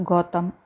Gotham